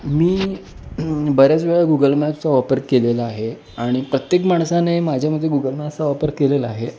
मी बऱ्याच वेळा गुगल मॅपचा वापर केलेला आहे आणि प्रत्येक माणसाने माझ्या मते गुगल मॅपचा वापर केलेला आहे